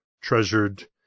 treasured